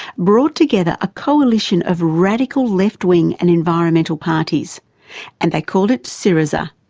brought together a coalition of radical left wing and environmental parties and they called it syriza.